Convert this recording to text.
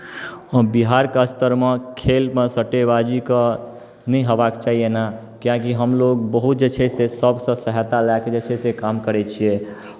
हँ बिहारके स्तरमे खेलमे सट्टेबाजीके नहि होयबाक चाही एना किएकि हमलोग बहुत जे छै से सभसँ सहायता लए कऽ जे छै से काम करै छियै